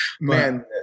Man